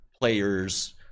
players